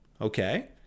Okay